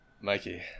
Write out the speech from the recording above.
Mikey